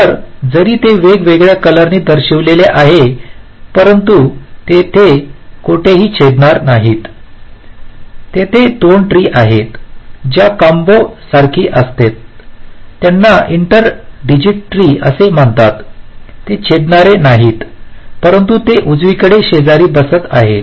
तर जरी ते वेगवेगळ्या कलर ने दर्शविलेले आहेत परंतु तेथे कोठेही छेदणारे नाहीत तेथे दोन ट्री आहेत ज्या कोम्ब सारखी असते त्यांना इंटर डिजिट ट्री असे म्हणतात ते छेदणारे नाहीत परंतु ते उजवीकडे शेजारी बसत आहेत